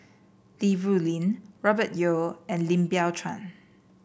Li Rulin Robert Yeo and Lim Biow Chuan